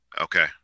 okay